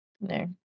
No